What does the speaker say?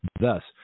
Thus